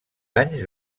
anys